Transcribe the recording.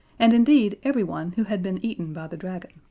and indeed everyone who had been eaten by the dragon.